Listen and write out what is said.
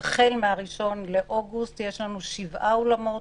החל מ-1 באוגוסט יש לנו שבעה אולמות,